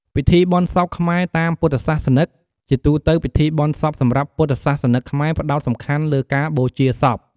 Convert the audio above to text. ពិធីបុណ្យសពខ្មែរ តាមពុទ្ធសាសនិក ជាទូទៅ ពិធីបុណ្យសពសម្រាប់ពុទ្ធសាសនិកខ្មែរផ្តោតសំខាន់លើការបូជាសព។